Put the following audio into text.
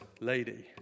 lady